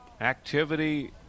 activity